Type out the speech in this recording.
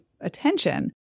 attention